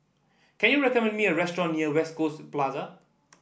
can you recommend me a restaurant near West Coast Plaza